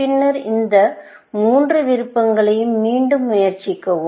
பின்னர் இந்த மூன்று விருப்பங்களையும் மீண்டும் முயற்சிக்கவும்